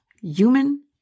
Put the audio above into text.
human